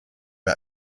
bei